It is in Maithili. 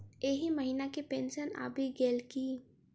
एहि महीना केँ पेंशन आबि गेल की